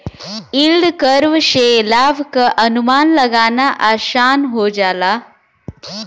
yield curve से लाभ क अनुमान लगाना आसान हो जाला